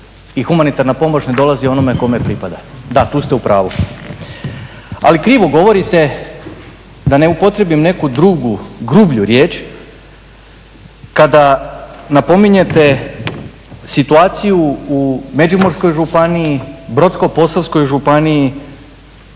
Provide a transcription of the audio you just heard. i humanitarna pomoć ne dolazi onome kome pripada. Da, tu ste u pravu. Ali krivo govorite, da ne upotrijebim neku drugu, grublju riječ, kada napominjete situaciju u Međimurskoj županiji, Brodsko-posavskoj županiji